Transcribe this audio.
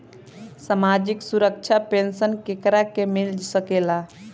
सामाजिक सुरक्षा पेंसन केकरा के मिल सकेला?